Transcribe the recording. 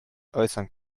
äußern